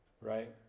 Right